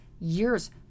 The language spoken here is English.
years